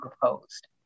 proposed